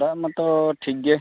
ᱫᱟᱜ ᱢᱟᱛᱚ ᱴᱷᱤᱠ ᱜᱮ